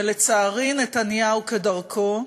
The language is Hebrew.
ולצערי, נתניהו, כדרכו,